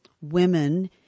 women